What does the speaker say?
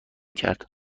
کرد